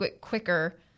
quicker